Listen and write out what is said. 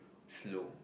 slow